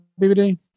BBD